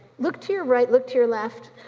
look to your right, look to your left,